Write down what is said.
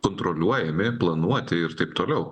kontroliuojami planuoti ir taip toliau